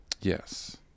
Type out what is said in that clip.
Yes